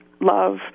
love